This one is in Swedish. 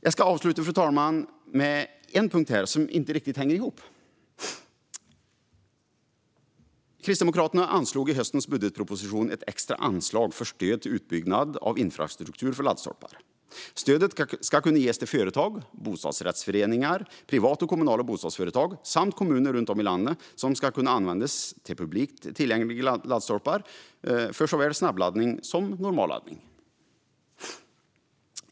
Jag ska avsluta med en punkt som inte riktigt hänger ihop. Kristdemokraterna anslog i höstens budgetproposition ett extra anslag för stöd till utbyggnad av infrastruktur för laddstolpar. Stödet ska kunna ges till företag, bostadsrättsföreningar, privata och kommunala bostadsföretag samt kommuner runt om i landet och ska kunna användas till publikt tillgängliga laddstolpar för såväl snabbladdning som normalladdning.